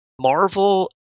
Marvel